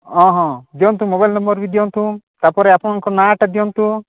ହଁ ହଁ ଦିଅନ୍ତୁ ମୋବାଇଲ୍ ନମ୍ବର୍ ବି ଦିଅନ୍ତୁ ତାପରେ ଆପଣଙ୍କ ନାଁ ଟା ଦିଅନ୍ତୁ